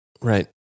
right